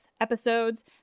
episodes